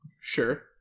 sure